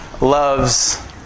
loves